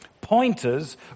Pointers